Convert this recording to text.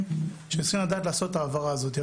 שצריכים לדעת לעשות את ההעברה הזאת.